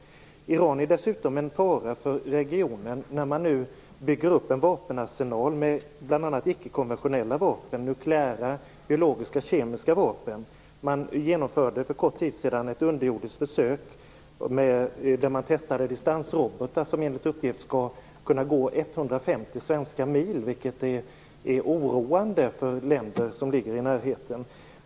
Iran är dessutom en fara för regionen. Man bygger upp en vapenarsenal med bl.a. icke-konventionella vapen, nukleära, biologiska och kemiska vapen. Man genomförde för en kort tid sedan ett underjordisk försök där man testade distansrobotar som enligt uppgift skall kunna gå 150 svenska mil, vilket är oroande för länder som ligger i närheten.